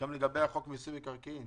לגבי חוק מיסוי מקרקעין,